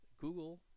Google